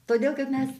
todėl kad mes